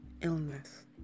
illness